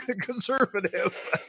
conservative